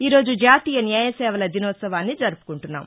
ఈ రోజు జాతీయ న్యాయసేవల దినోత్సవాన్ని జరుపుకుంటున్నాం